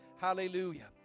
Hallelujah